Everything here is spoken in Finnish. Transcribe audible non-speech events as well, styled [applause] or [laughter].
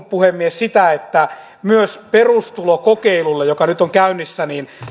[unintelligible] puhemies sitä että myös perustulokokeilulle joka nyt on käynnissä